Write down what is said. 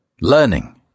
learning